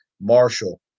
Marshall